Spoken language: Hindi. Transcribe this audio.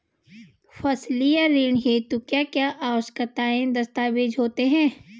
फसली ऋण हेतु क्या क्या आवश्यक दस्तावेज़ होते हैं?